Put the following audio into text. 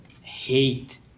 hate